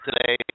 today